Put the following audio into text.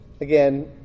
again